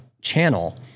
channel